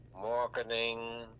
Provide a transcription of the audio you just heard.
marketing